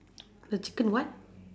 the chicken what